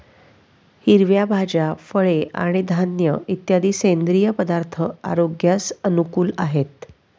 हिरव्या भाज्या, फळे आणि धान्य इत्यादी सेंद्रिय पदार्थ आरोग्यास अनुकूल आहेत